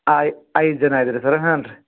I ಐದು ಜನ ಇದ್ದೀರಿ ಸರ ಹ್ಞೂ ರೀ